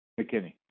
McKinney